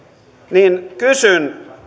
niin kysyn